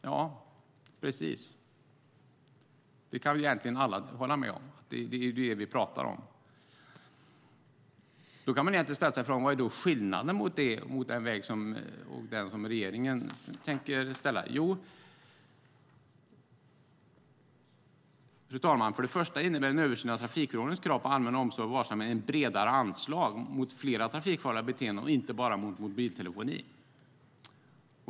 Ja, precis - det kan väl alla hålla med om. Det är det vi pratar om. Då kan man ställa sig frågan: Vad är skillnaden mot den väg som regeringen vill gå? Fru talman! För det första innebär en översyn av trafikförordningens krav på allmän omsorg och varsamhet ett bredare anslag mot flera trafikfarliga beteenden och inte bara mot mobiltelefoni.